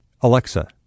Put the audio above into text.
Alexa